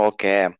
Okay